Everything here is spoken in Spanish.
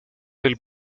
del